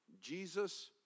Jesus